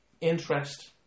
interest